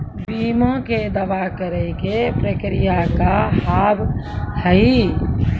बीमा के दावा करे के प्रक्रिया का हाव हई?